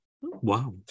Wow